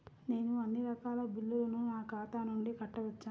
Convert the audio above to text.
నేను అన్నీ రకాల బిల్లులను నా ఖాతా నుండి కట్టవచ్చా?